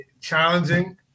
challenging